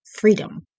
Freedom